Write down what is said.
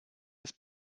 ist